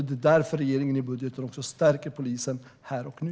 Det är därför regeringen i budgeten också stärker polisen här och nu.